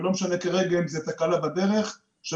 ולא משנה כרגע אם זה תקלה בדרך של